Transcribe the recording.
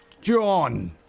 John